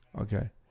Okay